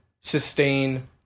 sustain